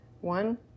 one